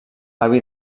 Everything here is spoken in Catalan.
avi